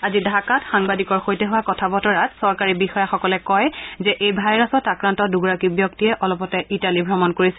আজি ঢাকাত সাংবাদিকৰ সৈতে হোৱা কথা বতৰাত চৰকাৰী বিষয়াসকলে কয় যে এই ভাইৰাছত আক্ৰান্ত দুগৰাকী ব্যক্তিয়ে অলপতে ইটালী ভ্ৰমণ কৰিছিল